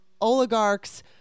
oligarchs